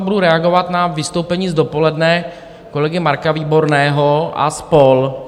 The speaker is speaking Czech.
Budu reagovat na vystoupení z dopoledne kolegy Marka Výborného a spol.